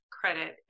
credit